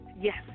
Yes